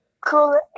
cool